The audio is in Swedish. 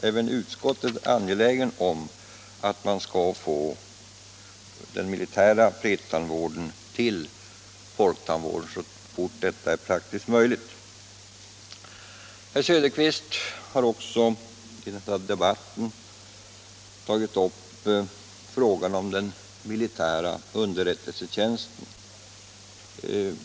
Även utskottet är angeläget om att få den militära fredstandvården överförd till folktandvården så fort det är praktiskt möjligt. Herr Söderqvist har också i debatten tagit upp frågan om den militära underrättelsetjänsten.